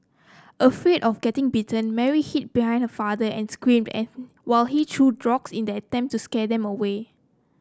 afraid of getting bitten Mary hid behind her father and screamed while he threw rocks in an attempt to scare them away